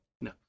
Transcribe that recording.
No